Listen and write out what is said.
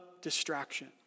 distraction